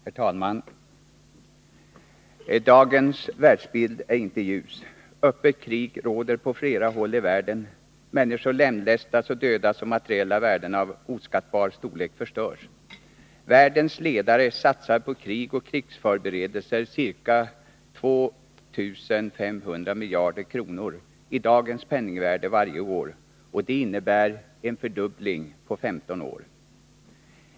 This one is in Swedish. Herr talman! Dagens världsbild är inte ljus. Öppet krig råder på flera håll i världen, människor lemlästas och dödas och materiella värden av oskattbar storlek förstörs. Världens ledare satsar på krig och krigsförberedelser ca 2 500 miljarder kronor i dagens penningvärde varje år, och det innebär en fördubbling på 15 år.